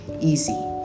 easy